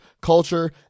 culture